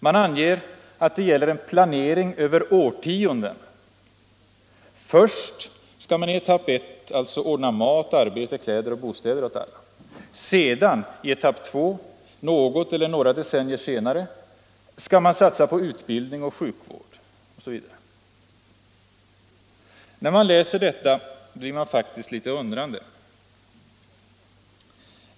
Man anger att det gäller en planering över årtionden. Först skall man i etapper alltså ordna mat, arbete, kläder och bostäder åt alla. Sedan, i etapp två något eller några decennier senare, skall man satsa på utbildning och sjukvård osv. När man läser detta blir man faktiskt mycket grubblande.